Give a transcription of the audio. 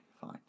fine